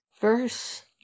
verse